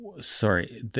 Sorry